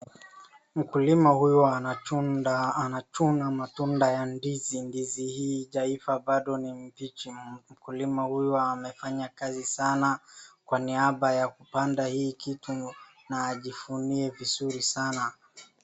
Mkulima huyu anachuna matunda ya ndizi. Ndizi hii haijaiva bado ni mbichi. Mkulima huyu amefanya kazi sana kwa niaba ya kupanda hii kitu na ajivunie vizuri sana.